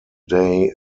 day